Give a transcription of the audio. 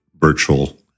virtual